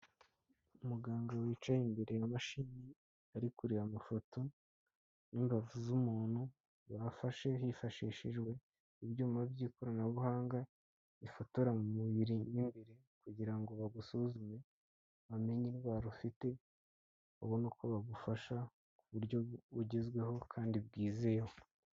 Umuganga wicaye imbere y'imashini ari kureba amafoto n'imbavu z'umuntu, bafashe hifashishijwe ibyuma by'ikoranabuhanga bifotora mu mubiri mo imbere kugira ngo bagusuzume, bamenye indwara ufite babone uko bagufasha ku buryo bugezweho kandi bwizewe.